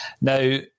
Now